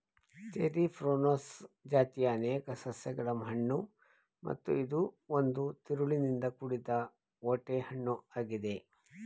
cherry Prunus ಜಾತಿಯ ಅನೇಕ ಸಸ್ಯಗಳ ಹಣ್ಣು ಮತ್ತು ಇದು ಒಂದು ತಿರುಳಿನಿಂದ ಕೂಡಿದ ಓಟೆ ಹಣ್ಣು ಆಗಿದೆ